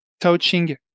touching